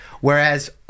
Whereas